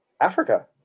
Africa